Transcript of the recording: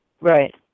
Right